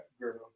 girl